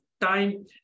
time